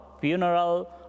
funeral